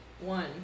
One